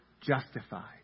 justified